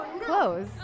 clothes